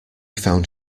found